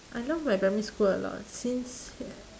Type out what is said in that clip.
I love my primary school a lot since